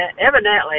evidently